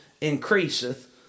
increaseth